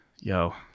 yo